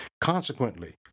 Consequently